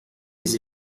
les